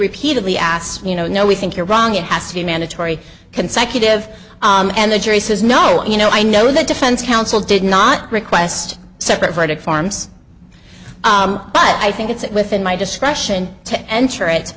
repeatedly asked you know we think you're wrong it has to be mandatory consecutive and the jury says no you know i know the defense counsel did not request separate verdict forms but i think it's it within my discretion to enter it